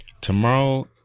tomorrow